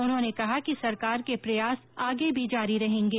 उन्होंने कहा कि सरकार के प्रयास आगे भी जारी रहेंगे